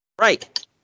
Right